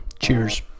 Cheers